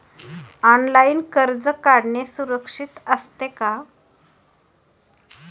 Online कर्ज काढणे सुरक्षित असते का?